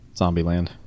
Zombieland